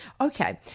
Okay